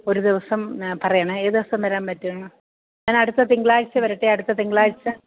ഒരു ദിവസം പറയണെ ഏതു ദിവസം വരാന് പറ്റും എന്നാല് അടുത്ത തിങ്കളാഴ്ച വരട്ടെ അടുത്ത തിങ്കളാഴ്ച